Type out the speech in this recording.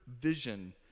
vision